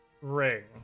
ring